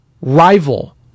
rival